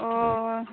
हय